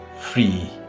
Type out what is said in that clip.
free